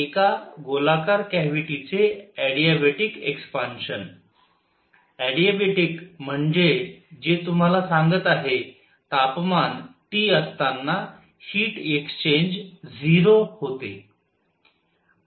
एका गोलाकार कॅव्हिटी चे अॅडिबॅटीक एक्सपान्शन अॅडिबॅटीक म्हणजे जे तुम्हाला सांगत आहे तापमान T असताना हीट एक्सचेंज 0 होते